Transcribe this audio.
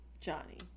Johnny